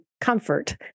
comfort